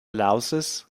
louses